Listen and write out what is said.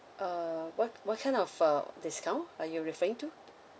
uh what what kind of uh discount are you referring to